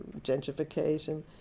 gentrification